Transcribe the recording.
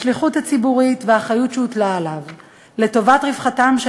השליחות הציבורית והאחריות שהוטלה עליו לטובת רווחתם של